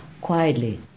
quietly